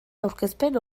aurkezpen